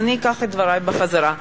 אני אקח את דברי בחזרה.